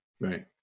Right